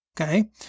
okay